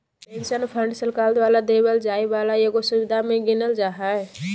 pension fund सरकार द्वारा देवल जाय वाला एगो सुविधा मे गीनल जा हय